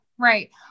Right